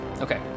Okay